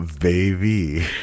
baby